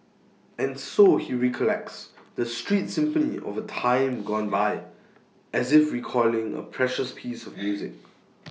and so he recollects the street symphony of A time gone by as if recalling A precious piece of music